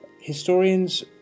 historians